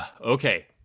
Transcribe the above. okay